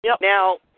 Now